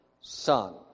Son